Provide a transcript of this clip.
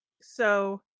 So-